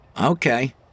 Okay